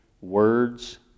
words